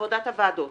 עבודת הוועדות